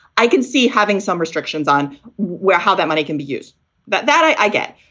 i can see having some restrictions on where how that money can be used that that i get.